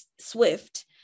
SWIFT